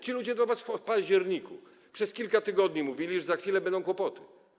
Ci ludzie do was w październiku przez kilka tygodni mówili, że za chwilę będą kłopoty.